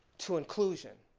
to inclusion.